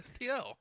STL